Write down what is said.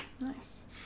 Nice